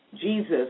Jesus